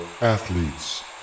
athletes